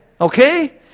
Okay